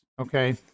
okay